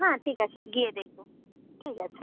হ্যাঁ ঠিক আছে গিয়ে দেখবো ঠিক আছে